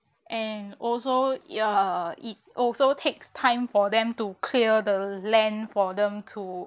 and also yeah it also takes time for them to clear the land for them to